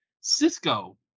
Cisco